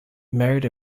married